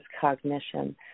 cognition